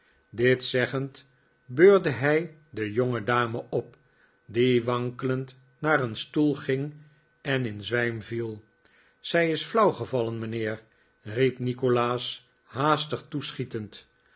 dit zeggend beurde hij de jongedame op die wankelend naar een stoel ging en in zwijm viel zij is flauw gevallen mijnheer riep nikolaas tiaastig toeschietend